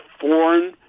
foreign